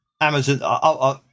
Amazon